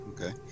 okay